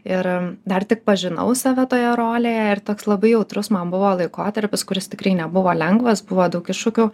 ir dar tik pažinau save toje rolėje ir toks labai jautrus man buvo laikotarpis kuris tikrai nebuvo lengvas buvo daug iššūkių